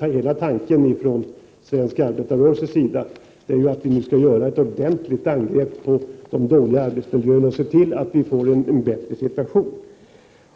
Hela tanken från svensk arbetarrörelses sida är ju att vi nu skall göra ett ordentligt angrepp på de dåliga arbetsmiljöerna och se till att vi får en bättre situation.